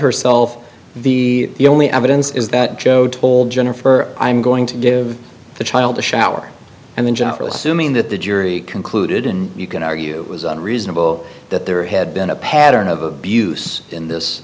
herself the only evidence is that joe told jennifer i'm going to give the child a shower and then jennifer assuming that the jury concluded and you can argue was unreasonable that there had been a pattern of abuse in this